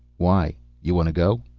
why? y'want to go?